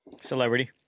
Celebrity